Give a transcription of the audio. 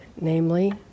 namely